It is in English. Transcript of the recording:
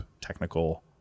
technical